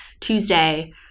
Tuesday